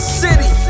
city